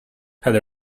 had